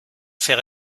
fait